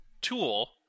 tool